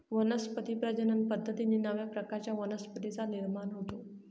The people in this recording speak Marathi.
वनस्पती प्रजनन पद्धतीने नव्या प्रकारच्या वनस्पतींचा निर्माण होतो